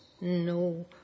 No